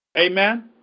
Amen